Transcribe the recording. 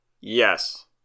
Yes